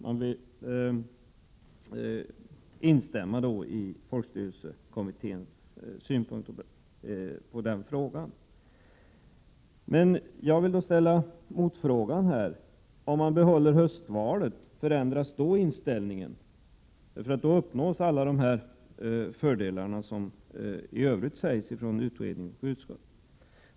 Man instämmer i folkstyrelsekommitténs synpunkter. Jag vill då ställa motfrågan: Om man behåller höstvalet, förändras då inställningen? Då uppnås ju alla de fördelar som i övrigt framhålls från utredning och utskott.